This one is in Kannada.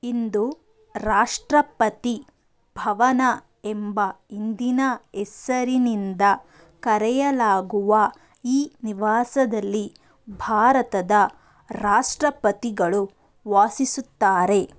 ಇಂದು ರಾಷ್ಟ್ರಪತಿ ಭವನ ಎಂಬ ಇಂದಿನ ಹೆಸರಿನಿಂದ ಕರೆಯಲಾಗುವ ಈ ನಿವಾಸದಲ್ಲಿ ಭಾರತದ ರಾಷ್ಟ್ರಪತಿಗಳು ವಾಸಿಸುತ್ತಾರೆ